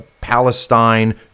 Palestine